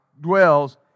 dwells